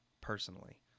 personally